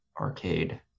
arcade